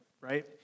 right